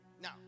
Now